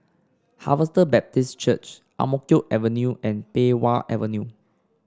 Harvester Baptist Church Ang Mo Kio Avenue and Pei Wah Avenue